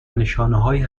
نشانههایی